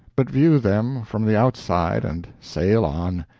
but view them from the outside and sail on.